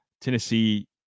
Tennessee